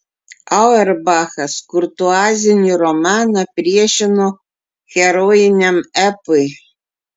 auerbachas kurtuazinį romaną priešino herojiniam epui